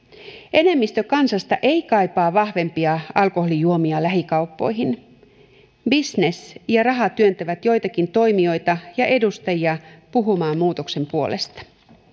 enemmistö kansasta ei kaipaa vahvempia alkoholijuomia lähikauppoihin bisnes ja raha työntävät joitakin toimijoita ja edustajia puhumaan muutoksen puolesta